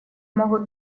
могут